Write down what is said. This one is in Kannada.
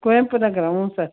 ಕುವೆಂಪು ನಗರ ಹ್ಞೂ ಸರ್